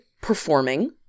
performing